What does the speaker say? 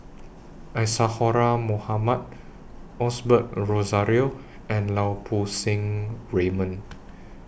Isadhora Mohamed Osbert Rozario and Lau Poo Seng Raymond